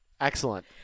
excellent